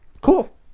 cool